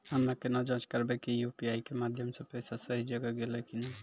हम्मय केना जाँच करबै की यु.पी.आई के माध्यम से पैसा सही जगह गेलै की नैय?